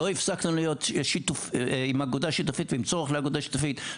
לא הפסקנו להיות עם אגודה שיתופית ועם צורך לאגודה שיתופית,